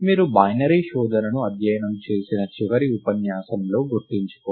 మీరు బైనరీ శోధనను అధ్యయనం చేసిన చివరి ఉపన్యాసంలో గుర్తుచేసుకోండి